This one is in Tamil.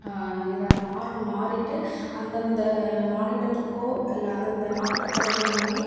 இதை மாறணும் மாறிவிட்டு அந்தந்த மாநிலத்துக்கோ இல்லை அந்தந்த நாட்டுக்கும் தகுந்தமாதிரி